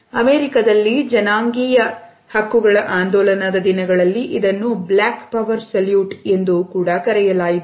ಅಮೆರಿಕದಲ್ಲಿ ಜನಾಂಗೀಯ ಹಕ್ಕುಗಳ ಆಂದೋಲನ ದಿನಗಳಲ್ಲಿ ಇದನ್ನು Black Power ಸಲ್ಯೂಟ್ ಎಂದು ಕರೆಯಲಾಯಿತು